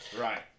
Right